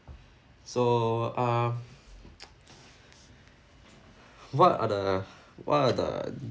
so uh what are the what are the